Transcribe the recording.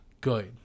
good